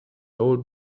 old